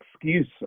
excuse